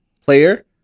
player